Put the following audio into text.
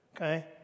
okay